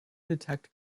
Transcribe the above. detect